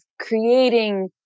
creating